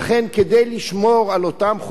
כדי לשמור על אותם חופים,